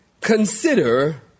consider